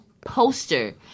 poster